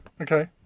Okay